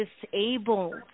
disabled